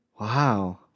Wow